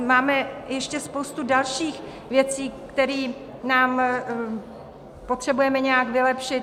Máme ještě spoustu dalších věcí, které potřebujeme nějak vylepšit.